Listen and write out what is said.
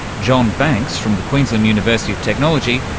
john banks from the queensland university of technology,